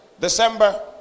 December